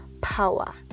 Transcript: power